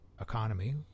economy